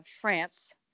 France